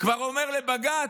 כבר אומר לבג"ץ: